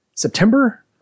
september